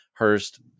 Hurst